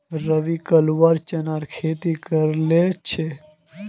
रवि कलवा चनार खेती करील छेक